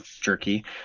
jerky